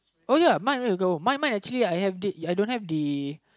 oh ya mine where you go mine mine actually I have the I don't have the